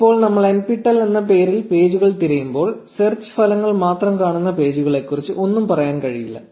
ഇപ്പോൾ നമ്മൾ nptel എന്ന പേരിൽ പേജുകൾ തിരയുമ്പോൾ സെർച്ച് ഫലങ്ങൾ മാത്രം കാണിക്കുന്ന പേജുകളെക്കുറിച്ച് ഒന്നും പറയാൻ കഴിയില്ല